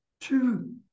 two